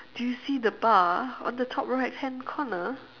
do you see the bar on the top right hand corner